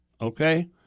okay